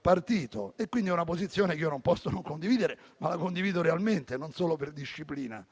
partito: è dunque una posizione che non posso non condividere, ma la condivido realmente, non solo per disciplina.